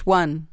one؟